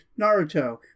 Naruto